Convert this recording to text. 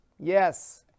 Yes